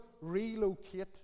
relocate